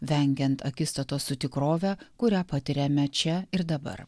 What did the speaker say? vengiant akistatos su tikrove kurią patiriame čia ir dabar